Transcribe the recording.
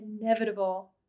inevitable